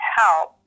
help